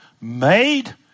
made